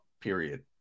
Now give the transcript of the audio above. period